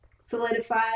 solidify